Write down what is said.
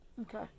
Okay